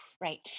right